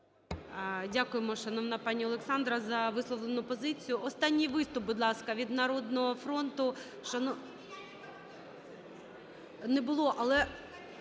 Дякуємо, шановна пані Олександра, за висловлену позицію. Останній виступ, будь ласка, від Народного фронту... не було, але,